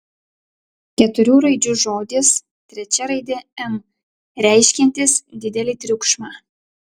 keturių raidžių žodis trečia raidė m reiškiantis didelį triukšmą